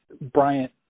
Bryant –